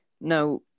Now